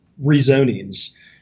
rezonings